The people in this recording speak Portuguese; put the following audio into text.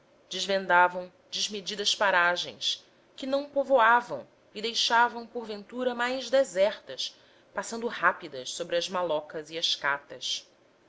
escravo desvendavam desmedidas paragens que não povoavam e deixavam porventura mais desertas passando rápidas sobre as malocas e as catas